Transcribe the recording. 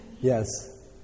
Yes